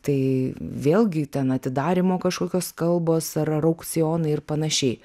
tai vėlgi ten atidarymo kažkokios kalbos ar aukcionai ir panašiai